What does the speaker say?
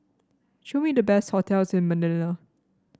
show me the best hotels in Manila